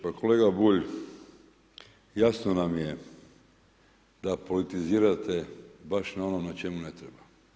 Pa kolega Bulj, jasno nam je da politizirate baš na onom na čemu ne treba.